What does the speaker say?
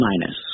minus